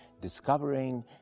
discovering